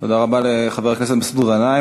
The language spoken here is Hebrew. תודה רבה לחבר הכנסת מסעוד גנאים.